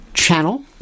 channel